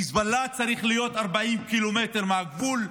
חיזבאללה צריך להיות 40 קילומטר מהגבול.